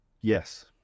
Yes